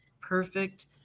perfect